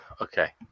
Okay